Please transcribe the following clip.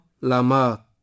lama